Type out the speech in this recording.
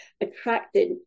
attracted